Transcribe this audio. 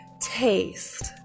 taste